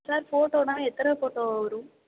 sir ஃபோட்டோனா எத்தனை photo வரும்